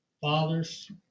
Fathers